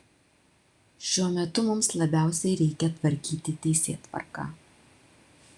šiuo metu mums labiausiai reikia tvarkyti teisėtvarką